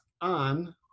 on